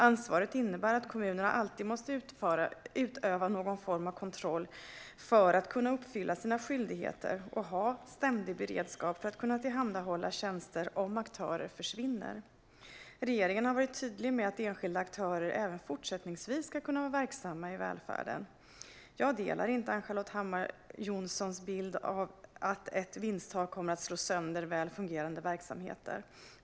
Ansvaret innebär att kommunerna alltid måste utöva någon form av kontroll för att kunna uppfylla sina skyldigheter och ha ständig beredskap för att kunna tillhandahålla tjänster om aktörer försvinner. Regeringen har varit tydlig med att enskilda aktörer även fortsättningsvis ska kunna vara verksamma i välfärden. Jag håller inte med om AnnCharlotte Hammar Johnssons bild att ett vinsttak kommer att slå sönder väl fungerande verksamheter.